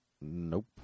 Nope